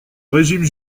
régime